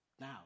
now